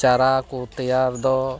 ᱪᱟᱨᱟᱠᱚ ᱛᱮᱭᱟᱨ ᱫᱚ